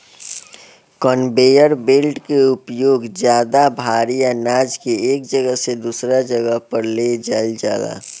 conveyor belt के उपयोग ज्यादा भारी आनाज के एक जगह से दूसरा जगह पर ले जाईल जाला